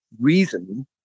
reason